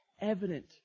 evident